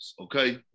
okay